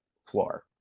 floor